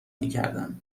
میکردن